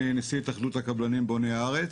אני נשיא התאחדות הקבלנים בוני הארץ.